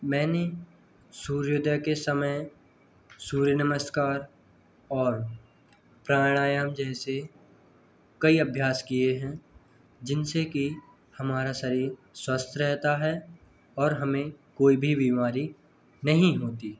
मैंने सूर्योदय के समय सूर्य नमस्कार और प्राणायाम जैसे कई अभ्यास किए हैं जिन से कि हमारा शरीर स्वस्थ रेहता है और हमें कोई भी बीमारी नहीं होती